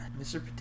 mr